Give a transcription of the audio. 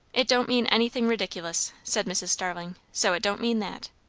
it don't mean anything ridiculous, said mrs. starling so it don't mean that.